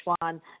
one